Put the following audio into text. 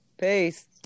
peace